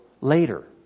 later